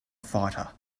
fighter